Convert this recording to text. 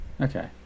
okay